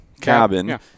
cabin